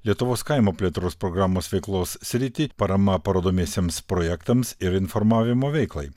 lietuvos kaimo plėtros programos veiklos sritį parama parodomiesiems projektams ir informavimo veiklai